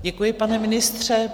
Děkuji, pane ministře.